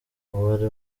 uwari